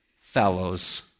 fellows